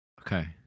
Okay